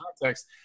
context